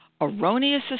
Erroneous